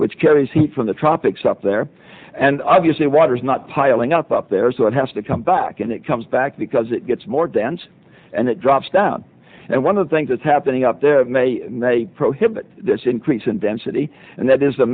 which carries heat from the tropics up there and obviously water is not piling up up there so it has to come back and it comes back because it gets more dense and it drops down and one of the things that's happening up there may prohibit this increase and density and that is